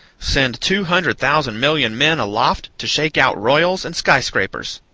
send two hundred thousand million men aloft to shake out royals and sky-scrapers!